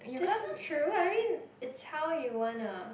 that's not true I mean it's how you wanna